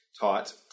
taught